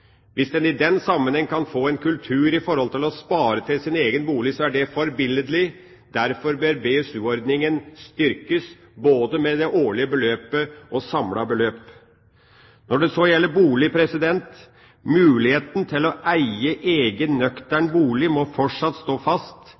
Hvis en i den sammenheng kan få en kultur knyttet til å spare til sin egen bolig, er det forbilledlig. Derfor bør BSU-ordningen styrkes både med det årlige beløpet og samlet beløp. Når det så gjelder bolig, må muligheten til å eie egen, nøktern bolig fortsatt stå fast